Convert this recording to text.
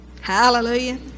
hallelujah